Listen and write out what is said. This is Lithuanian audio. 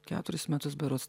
keturis metus berods